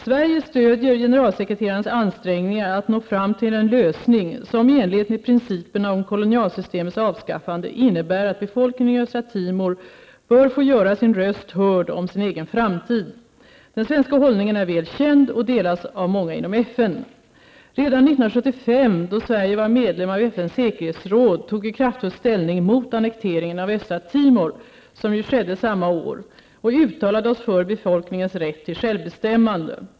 Sverige stödjer generalsekreterarens ansträngningar att nå fram till en lösning som, i enlighet med principerna om kolonialsystemets avskaffande, innebär att befolkningen i Östra Timor bör få göra sin röst hörd om sin egen framtid. Den svenska hållningen är väl känd och delas av många inom FN. Redan 1975, då Sverige var medlem av FNs säkerhetsråd, tog vi kraftfullt ställning mot annekteringen av Östra Timor, som ju skedde samma år, och uttalade oss för befolkningens rätt till självbestämmande.